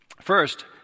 First